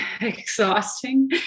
exhausting